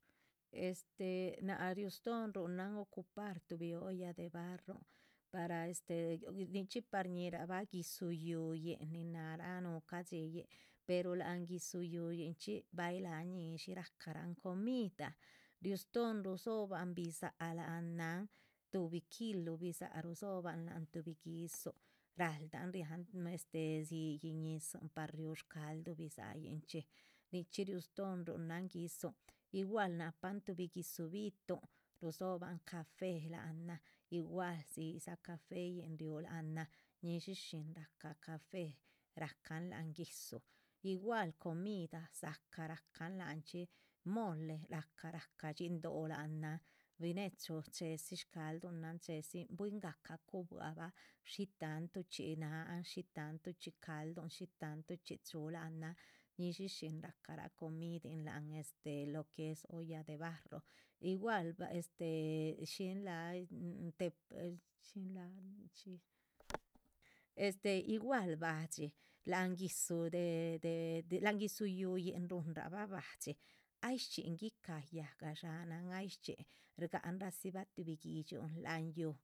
Este náac riu stóhon ruhunan ocupar tuhbi olla de barrón, para este nichxí pa shñihirabah guidzú yuhuyin, nin náhara núhu cadxíyin pero láhan guidzu yuhuyin chxi. bay la ñíshi racarahn comida riú stóhon rudzobahn bidza´h láhan tuhbi kilu bidza´h rudzóhoban láhan tuhbi guidzúhun raldahn riáhan este dziyih ñizihn par riúh shcalduh bidza´yinchxí. nichxí riuh stóhon ruhunan guidzúhun igual nahpan tuhbi guidzú bituhun rudzóhoban ca´fe láhanan igual dziyih dza cafeyin riú láhan ñishí shín rahca café racahn láhan guidzu. igual comida náh dzácah rahcan lanchxí mole, rahca rahcahn dhxín dóh o láhanan biechu chéhedzi shcáhaldunanh chédzi bwíngahca cuhubwabah shí tantuhchxí náhan shí tantu chxi calduhn. shi tantuchxí chúhu láhan ñíshi shín rahcarah comidin láhan este lo que es olla de barro igual bah este, shín laha este igual ba´dxi láhan guidzu de. déhe láhan guidzu yuhuyin ruhunrabah ba´dxi ay shchxíhi guicáh yáhga dxánan ay shchxín riu gahan ra dzibah tuhbi guidxiuhn láhan yúhu.